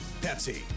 Pepsi